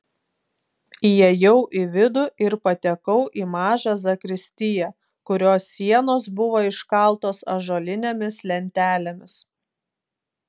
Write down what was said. įėjau į vidų ir patekau į mažą zakristiją kurios sienos buvo iškaltos ąžuolinėmis lentelėmis